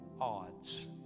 odds